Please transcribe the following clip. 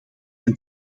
een